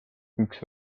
üks